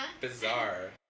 bizarre